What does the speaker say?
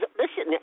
listen